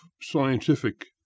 scientific